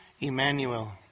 Emmanuel